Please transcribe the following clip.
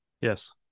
Yes